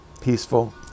peaceful